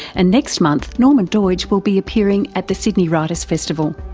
and next month norman doidge will be appearing at the sydney writers festival.